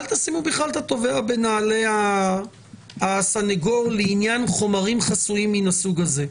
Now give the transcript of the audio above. אל תשימו בכלל את התובע בנעלי הסנגור לעניין חומרים חסויים מן הסוג הזה,